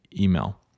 email